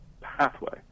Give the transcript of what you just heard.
pathway